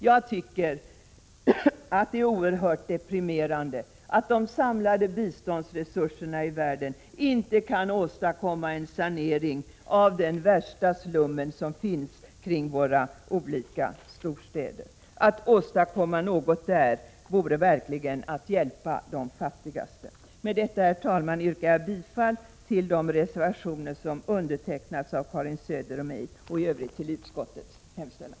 Jag tycker att det är oerhört deprimerande att de samlade biståndsresurserna i världen inte kan åstadkomma en sanering av den värsta slummen kring våra olika storstäder. Att åstadkomma något där vore verkligen att hjälpa de fattigaste. Med detta, herr talman, yrkar jag bifall till de reservationer som undertecknats av Karin Söder och mig och i övrigt till utskottets hemställan.